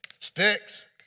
Sticks